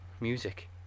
music